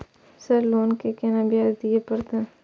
Sir loan के केना ब्याज दीये परतें?